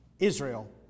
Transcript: Israel